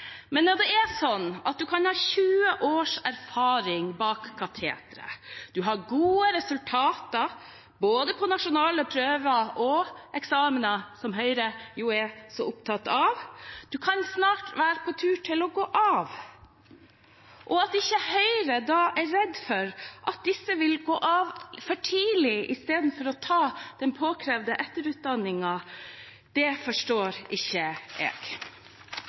Men når en har 20 års erfaring bak katetret, en har gode resultater både på nasjonale prøver og eksamener, som Høyre jo er så opptatt av, og en snart kan være på tur til å gå av – at Høyre da ikke er redd for at disse vil gå av for tidlig istedenfor å ta den påkrevde etterutdanningen, det forstår ikke jeg.